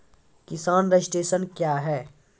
किसान रजिस्ट्रेशन क्या हैं?